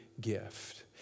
gift